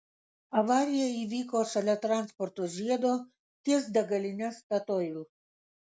avarija įvyko šalia transporto žiedo ties degaline statoil